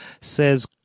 says